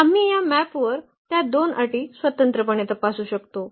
तर आम्ही या मॅपवर त्या 2 अटी स्वतंत्रपणे तपासू शकतो